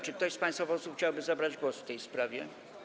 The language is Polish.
Czy ktoś z państwa posłów chciałby zabrać głos w tej sprawie?